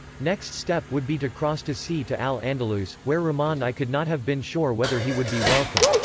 next step would be to cross to sea to al-andalus, where rahman i could not have been sure whether he would be welcome.